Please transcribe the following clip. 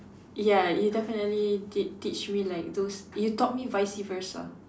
ya you definitely did teach me like those you taught me vice-versa